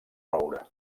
roure